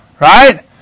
Right